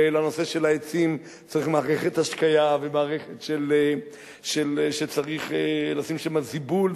ולנושא של העצים צריך מערכת השקיה ומערכת כדי לשים שם זיבול,